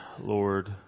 Lord